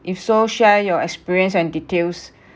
if so share your experience and details